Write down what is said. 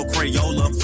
Crayola